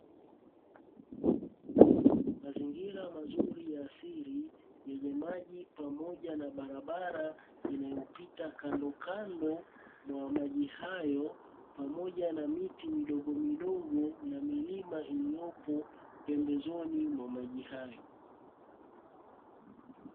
Mazingira mazuri ya asili yenye maji pamoja na barabara inayopita kandokando mwa maji hayo, pamoja na miti midogomidogo na milima iliyopo pembezeni mwa maji hayo.